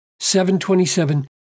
7.27